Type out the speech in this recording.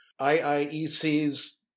IIEC's